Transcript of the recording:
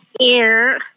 Air